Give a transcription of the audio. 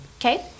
okay